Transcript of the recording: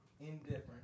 Indifferent